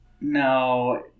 No